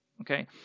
Okay